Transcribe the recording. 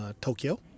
Tokyo